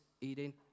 eating